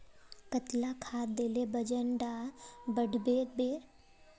कतला खाद देले वजन डा बढ़बे बे?